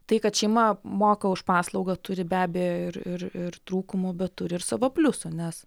tai kad šeima moka už paslaugą turi be abejo ir ir ir trūkumų bet turi ir savo pliusų nes